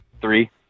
Three